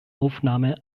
aufnahme